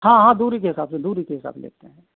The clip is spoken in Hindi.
हाँ हाँ दूरी के हिसाब से दूरी के हिसाब लेते हैं